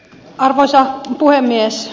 arvoisa puhemies